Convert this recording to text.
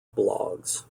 blogs